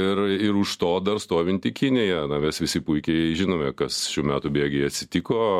ir ir už to dar stovinti kinija na mes visi puikiai žinome kas šių metų bėgyje atsitiko